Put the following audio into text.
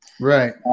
Right